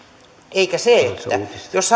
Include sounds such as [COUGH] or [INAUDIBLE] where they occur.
eikä se että jos [UNINTELLIGIBLE]